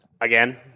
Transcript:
Again